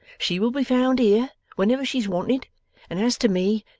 she will be found here, whenever she's wanted and as to me,